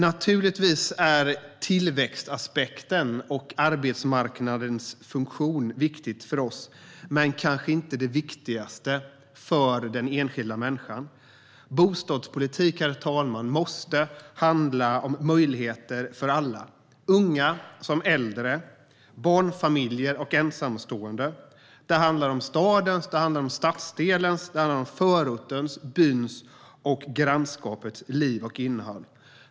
Naturligtvis är tillväxtaspekten och arbetsmarknadens funktion viktig för oss, men det är kanske inte det viktigaste för den enskilda människan. Bostadspolitik måste handla om möjligheter för alla - unga och äldre, barnfamiljer och ensamstående. Det handlar om stadens, stadsdelens, förortens, byns och grannskapets liv och innehåll.